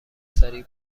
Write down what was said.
سریع